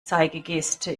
zeigegeste